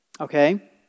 Okay